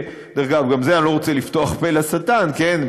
דרך אגב, גם בזה אני לא רוצה לפתוח פה לשטן, כן?